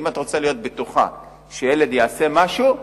שאם את רוצה להיות בטוחה שילד יעשה משהו,